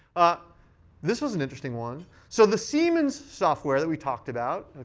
ah this was an interesting one. so the siemens software that we talked about,